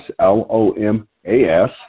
L-O-M-A-S